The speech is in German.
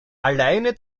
alleine